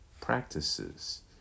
practices